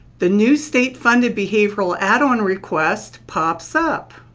the new state funded behavioral add-on request pops up.